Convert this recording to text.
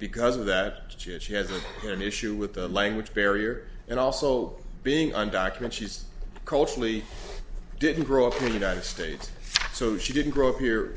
because of that she has an issue with the language barrier and also being undocument she's culturally didn't grow up in the united states so she didn't grow up here